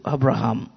Abraham